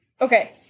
Okay